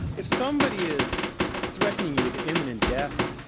if somebody is threatening you with imminent death,